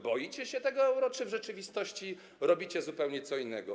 Boicie się tego euro czy w rzeczywistości robicie zupełnie co innego?